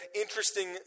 interesting